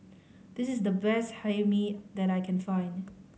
this is the best Hae Mee that I can find